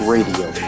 Radio